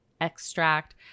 extract